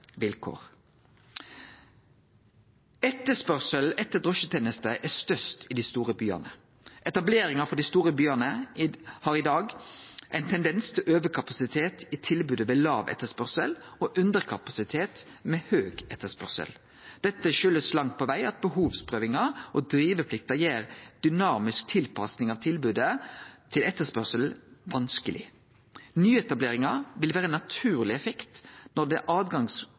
vilkår. Etterspørselen etter drosjetenester er størst i dei store byane. I dei store byane er det i dag ein tendens til overkapasitet i tilbodet ved låg etterspørsel og underkapasitet ved høg etterspørsel. Dette kjem langt på veg av at behovsprøvinga og driveplikta gjer ei dynamisk tilpassing av tilbodet til etterspørselen vanskeleg. Nyetableringar vil vere ein naturleg effekt når den avgrensa marknaden no blir opna. Eg meiner det er